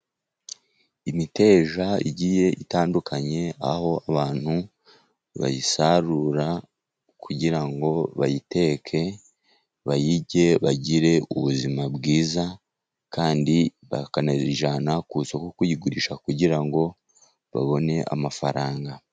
Imiteja igiye itandukanye aho abantu bayisarura kugira ngo bayiteke, bayirye bagire ubuzima bwiza kandi bakanayijyana ku isoko kuyigurisha kugira ngo babone amafaranga.